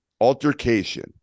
altercation